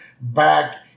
back